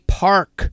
park